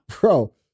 Bro